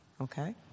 Okay